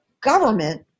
government